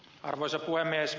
arvoisa puhemies